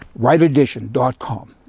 Rightedition.com